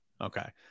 Okay